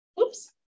Oops